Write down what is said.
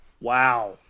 Wow